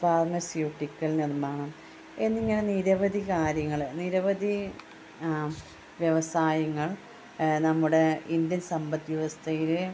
pharmaceutical നിർമ്മാണം എന്നിങ്ങനെ നിരവധി കാര്യങ്ങൾ നിരവധി വ്യവസായങ്ങൾ നമ്മുടെ ഇന്ത്യൻ സമ്പദ് വ്യവസ്ഥയിൽ